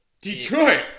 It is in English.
Detroit